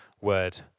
word